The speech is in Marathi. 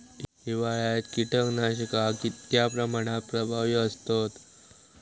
हिवाळ्यात कीटकनाशका कीतक्या प्रमाणात प्रभावी असतत?